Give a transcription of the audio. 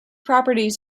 properties